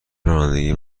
رانندگی